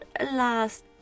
last